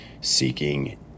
seeking